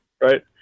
right